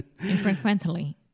Infrequently